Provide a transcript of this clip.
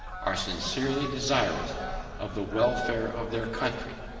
are sincerely desirous of the welfare of their country.